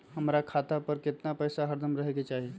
हमरा खाता पर केतना पैसा हरदम रहे के चाहि?